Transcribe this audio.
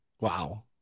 Wow